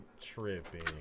Tripping